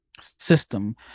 system